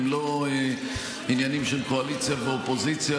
הם לא עניינים של קואליציה ואופוזיציה.